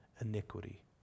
iniquity